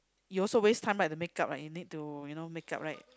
you also waste time right the makeup right you need to you know makeup right